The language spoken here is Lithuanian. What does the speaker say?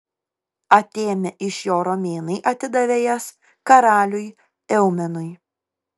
atėmę iš jo romėnai atidavė jas karaliui eumenui